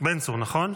בן צור, נכון?